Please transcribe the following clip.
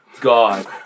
God